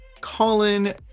Colin